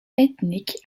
ethnique